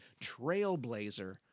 trailblazer